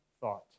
thought